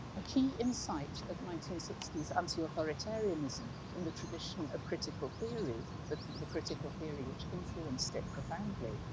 a key insight of nineteen sixty s anti-authoritarianism in the tradition of critical theory, the the critical theory which influenced it profoundly,